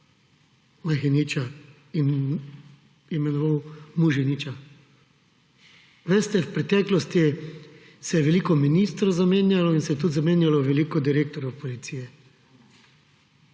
Majheniča in imenoval Muženiča. Veste, v preteklosti se je veliko ministrov zamenjalo in se je tudi zamenjalo veliko direktorjev policije.